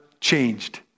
changed